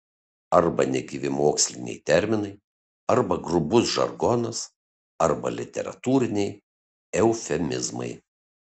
arba negyvi moksliniai terminai arba grubus žargonas arba literatūriniai eufemizmai